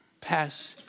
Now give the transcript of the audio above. pass